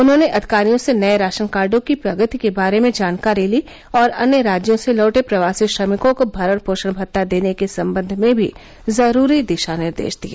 उन्होंने अधिकारियों से नए राशन कार्डों की प्रगति के बारे में जानकारी ली और अन्य राज्यों से लौटे प्रवासी श्रमिकों को भरण पोषण भत्ता देने के संबंध में भी जरूरी दिशानिर्देश दिए